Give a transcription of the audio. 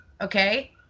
Okay